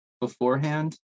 beforehand